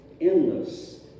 endless